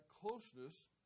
closeness